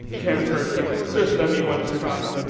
can't hurt you! just let me once try.